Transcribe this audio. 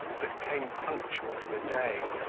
but came punctual to a day,